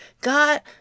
God